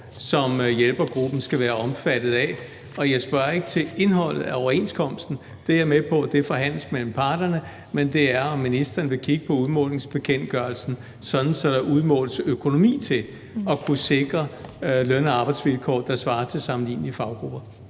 som hjælpergruppen skal være omfattet af. Jeg spørger ikke til indholdet af overenskomsten – det er jeg med på forhandles af parterne – men om ministeren vil kigge på udmålingsbekendtgørelsen, sådan at der udmåles økonomi til at kunne sikre løn- og arbejdsvilkår, der svarer til sammenlignelige faggrupper.